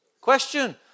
Question